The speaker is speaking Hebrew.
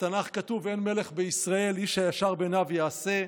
בתנ"ך כתוב: "אין מלך בישראל איש הישר בעיניו יעשה".